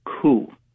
coup